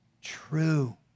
true